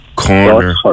Corner